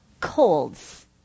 colds